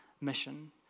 Mission